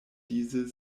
dise